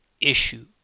issue